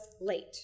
late